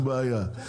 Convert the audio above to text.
אין בעיה.